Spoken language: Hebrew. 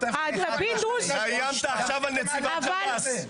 אתה איימת עכשיו על נציבת שב"ס.